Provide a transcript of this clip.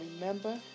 remember